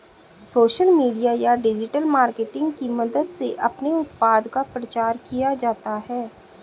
social media या digital marketing की मदद से अपने उत्पाद का प्रचार किया जाता है